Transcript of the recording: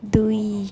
ଦୁଇ